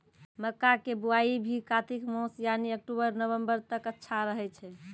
मक्का के बुआई भी कातिक मास यानी अक्टूबर नवंबर तक अच्छा रहय छै